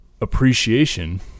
appreciation